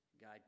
God